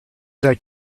that